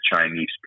Chinese